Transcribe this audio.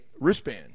wristband